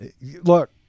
Look